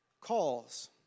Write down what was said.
calls